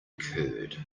curd